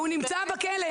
הוא נמצא בכלא.